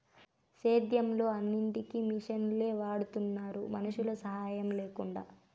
సేద్యంలో అన్నిటికీ మిషనులే వాడుతున్నారు మనుషుల సాహాయం లేకుండా